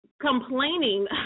complaining